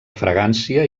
fragància